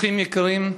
אורחים יקרים,